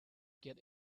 get